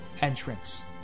entrance